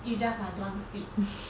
you just like don't want to sleep